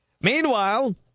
Meanwhile